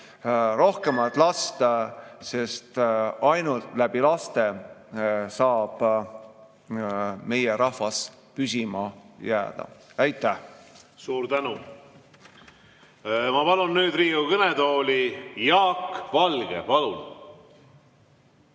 rohkemat last. Sest ainult laste abil saab meie rahvas püsima jääda. Aitäh! Suur tänu! Ma palun nüüd Riigikogu kõnetooli Jaak Valge. Suur